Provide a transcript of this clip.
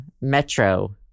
metro